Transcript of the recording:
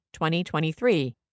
2023